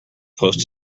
post